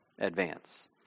advance